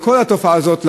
על כל התופעה הזאת,